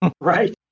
Right